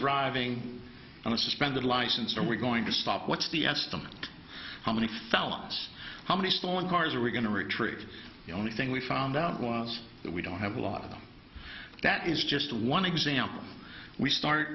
driving on a suspended license are we going to stop what's the estimate how many felons how many stolen cars are we going to retrieve the only thing we found out was that we don't have a lot of them that is just one example we start